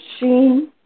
Machine